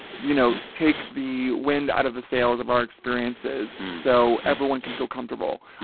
you know, take the wind out of the sails of our experiences so everyone can feel comfortable?